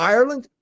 Ireland